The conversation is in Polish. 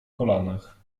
kolanach